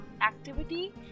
Activity